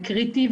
וקריטי,